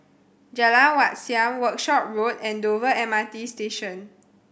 Jalan Wat Siam Workshop Road and Dover M R T Station